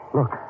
Look